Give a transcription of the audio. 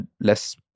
less